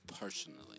Personally